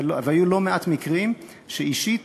והיו לא מעט מקרים שאישית